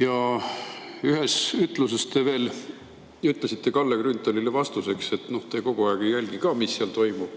WHO temaatikat. Te ütlesite Kalle Grünthalile vastuseks ka, et ega te kogu aeg ei jälgi, mis seal toimub.